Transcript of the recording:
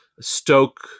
stoke